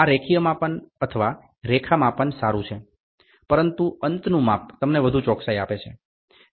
આ રેખીય માપન અથવા રેખા માપન સારું છે પરંતુ અંતનું માપ તમને વધુ ચોકસાઈ આપે છે